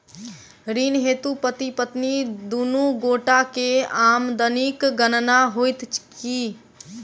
ऋण हेतु पति पत्नी दुनू गोटा केँ आमदनीक गणना होइत की?